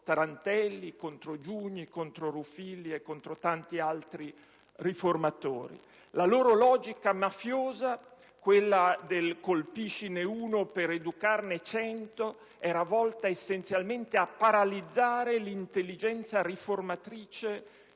Tarantelli, Giugni, Ruffilli e tanti altri riformatori. La loro logica mafiosa - quella del "colpiscine uno per educarne cento" - era volta essenzialmente a paralizzare l'intelligenza riformatrice